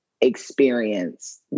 experience